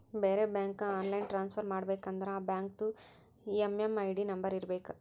ಬೇರೆ ಬ್ಯಾಂಕ್ಗ online transfer ಮಾಡಬೇಕ ಅಂದುರ್ ಆ ಬ್ಯಾಂಕ್ದು ಎಮ್.ಎಮ್.ಐ.ಡಿ ನಂಬರ್ ಇರಬೇಕ